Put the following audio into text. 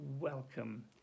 welcome